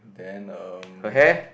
then um